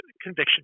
conviction